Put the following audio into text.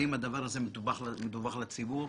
האם הדבר הזה מדווח לציבור?